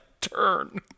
turn